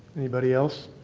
anybody else?